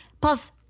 Plus